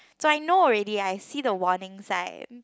so I know already I see the warning sign